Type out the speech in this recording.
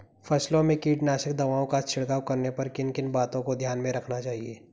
फसलों में कीटनाशक दवाओं का छिड़काव करने पर किन किन बातों को ध्यान में रखना चाहिए?